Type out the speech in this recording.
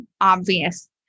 obvious